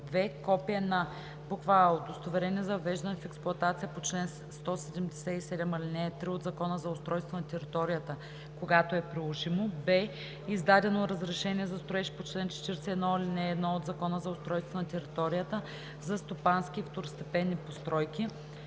2. копие на: а) удостоверение за въвеждане в експлоатация по чл. 177, ал. 3 от Закона за устройство на територията - когато е приложимо; б) издадено разрешение за строеж по чл. 41, ал. 1 от Закона за устройство на територията – за стопански и второстепенни постройки;